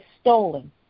stolen